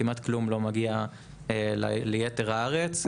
כמעט כלום לא מגיע ליתר הארץ.